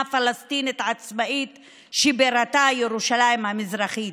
פלסטינית עצמאית שבירתה ירושלים המזרחית.